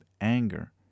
anger